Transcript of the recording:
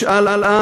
משאל עם,